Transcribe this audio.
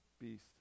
beast